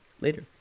later